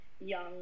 young